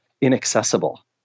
inaccessible